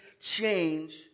change